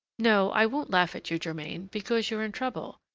no, i won't laugh at you, germain, because you're in trouble,